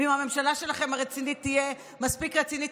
ואם הממשלה שלכם תהיה מספיק רצינית,